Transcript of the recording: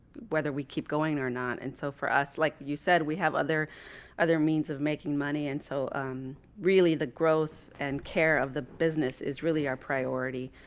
whether we keep going or not. and so for us, like you said, we have other other means of making money. and so really, the growth and care of the business is really our priority.